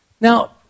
Now